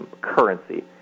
currency